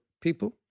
people